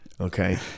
Okay